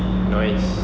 nice